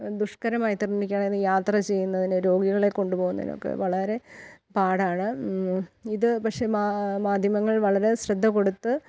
ദുഷ്കരമായി ത്ത നിർമ്മിക്കുകയാണ് അതായത് യാത്ര ചെയ്യുന്നതിന് രോഗികളെ കൊണ്ടു പോകുന്നതിനൊക്കെ വളരെ പാടാണ് ഇതു പക്ഷെ മാ മാധ്യമങ്ങൾ വളരെ ശ്രദ്ധ കൊടുത്ത്